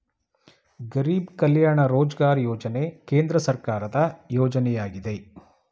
ಗರಿಬ್ ಕಲ್ಯಾಣ ರೋಜ್ಗಾರ್ ಯೋಜನೆ ಕೇಂದ್ರ ಸರ್ಕಾರದ ಯೋಜನೆಯಾಗಿದೆ